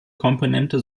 komponente